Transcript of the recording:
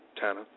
Tana